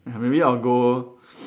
ya maybe I'll go